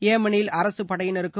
ஏமனில் அரசுப் படையினருக்கும்